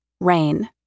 rain